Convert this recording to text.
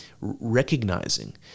recognizing